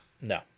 No